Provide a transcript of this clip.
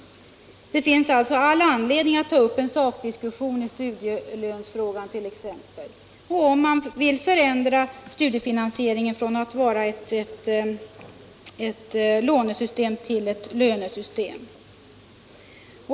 Det finns alltså all anledning att ta upp en sakdiskussion i t.ex. studielönsfrågan — om man vill förändra studiefinansieringen från att vara ett lånesystem till att vara ett lönesystem.